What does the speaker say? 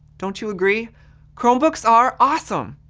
don't you agree chromebooks are awesome?